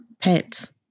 pets